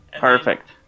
Perfect